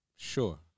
Sure